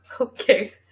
Okay